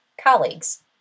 colleagues